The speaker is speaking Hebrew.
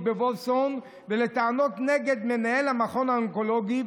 בוולפסון ולטענות נגד מנהל המכון האונקולוגי,